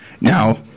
now